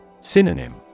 Synonym